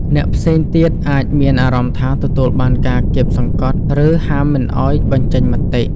អ្នកផ្សេងទៀតអាចមានអារម្មណ៍ថាទទួលបានការគាបសង្កត់ ឬហាមមិនឱ្យបញ្ចេញមតិ។